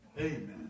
Amen